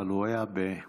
אבל הוא היה במנחה,